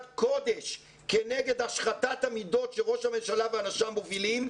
קודש כנגד השחתת המידות שראש הממשלה ואנשיו מובילים.